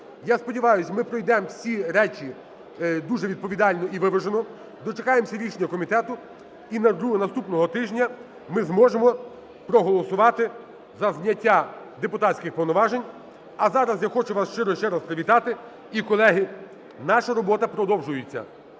я сподіваюсь, ми пройдемо всі речі дуже відповідально і виважено. Дочекаємося рішення комітету, і наступного тижня ми зможемо проголосувати за зняття депутатських повноважень. А зараз я хочу вас щиро ще раз привітати. І, колеги, наша робота продовжується.